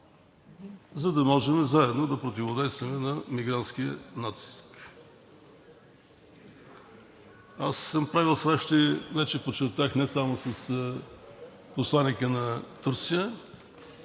за да можем заедно да противодействаме на мигрантския натиск. Правил съм срещи – вече подчертах, не само с посланика на Турция,